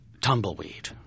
tumbleweed